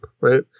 right